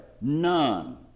None